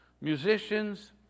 Musicians